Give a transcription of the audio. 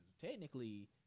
Technically